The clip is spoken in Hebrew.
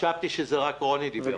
חשבתי שרק רוני דיבר.